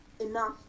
enough